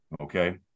Okay